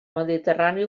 mediterrani